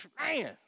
Man